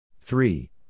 Three